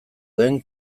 den